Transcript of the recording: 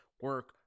Work